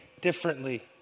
differently